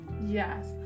Yes